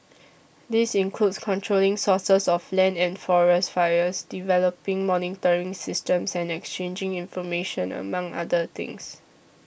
this includes controlling sources of land and forest fires developing monitoring systems and exchanging information among other things